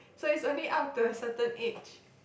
so it's only up to a certain age